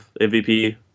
mvp